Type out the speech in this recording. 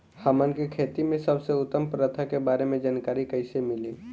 हमन के खेती में सबसे उत्तम प्रथा के बारे में जानकारी कैसे मिली?